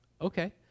okay